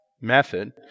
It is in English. Method